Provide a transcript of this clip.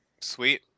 Sweet